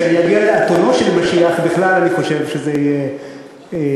כשאני אגיע לאתונו של משיח בכלל אני חושב שזה יהיה השיא.